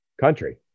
country